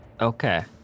okay